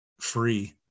free